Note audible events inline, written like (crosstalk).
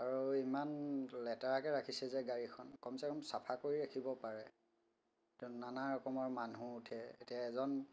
আৰু ইমান লেতেৰাকৈ ৰাখিছে যে গাড়ীখন কমছে কম চাফা কৰি ৰাখিব পাৰে (unintelligible) নানা ৰকমৰ মানুহ উঠে এতিয়া এজন